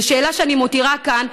זאת שאלה שאני מותירה כאן,